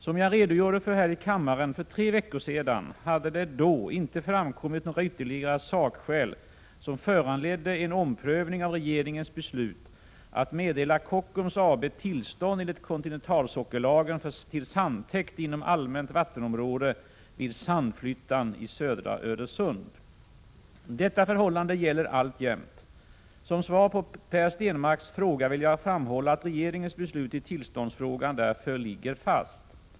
Som jag redogjorde för här i kammaren för tre veckor sedan hade det då inte framkommit några ytterligare sakskäl som föranledde en omprövning av regeringens beslut att meddela Kockums AB tillstånd enligt kontinentalsockellagen till sandtäkt inom allmänt vattenområde vid Sandflyttan i södra Öresund. Detta förhållande gäller alltjämt. Som svar på Per Stenmarcks fråga vill jag framhålla att regeringens beslut i tillståndsfrågan därför ligger fast.